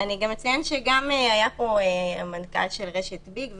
אני אציין שהיה פה גם המנכ"ל של רשת ביג,